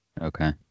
Okay